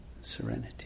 serenity